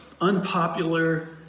unpopular